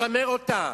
לשמר אותה,